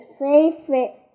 favorite